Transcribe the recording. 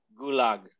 gulag